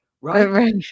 right